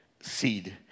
seed